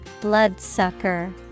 Bloodsucker